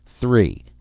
Three